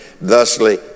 thusly